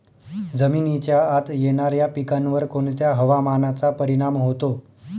जमिनीच्या आत येणाऱ्या पिकांवर कोणत्या हवामानाचा परिणाम होतो?